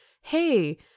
hey